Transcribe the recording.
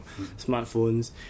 smartphones